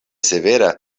severa